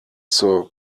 zur